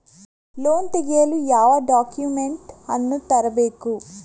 Loan ತೆಗೆಯಲು ಯಾವ documents ಅನ್ನು ತರಬೇಕು?